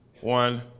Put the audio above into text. One